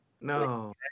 No